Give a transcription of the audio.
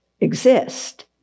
exist